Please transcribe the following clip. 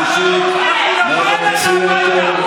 אנחנו נבוא איתך לבלפור.